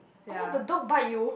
orh the dog bite you